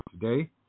today